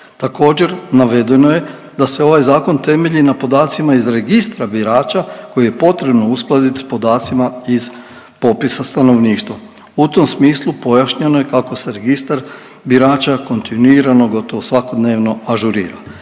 Također, navedeno je da se ovaj Zakon temelji na podacima iz Registra birača koji je potrebno uskladiti s podacima iz popisa stanovništva. U tom smislu pojašnjeno je kako se Registar birača kontinuirano, gotovo svakodnevno ažurira.